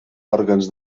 òrgans